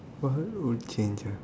what will change ah